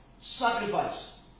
sacrifice